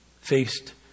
faced